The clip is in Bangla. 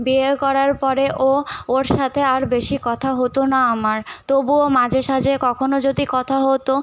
বিয়ে করার পরে ও ওর সাথে আর বেশি কথা হতো না আমার তবুও মাঝে সাঝে কখনো যদি কথা হতো